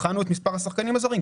בחנו את מספר השחקנים הזרים.